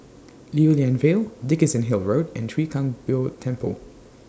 Lew Lian Vale Dickenson Hill Road and Chwee Kang Beo Temple